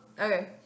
okay